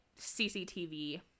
CCTV